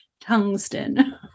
tungsten